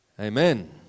Amen